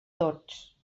tots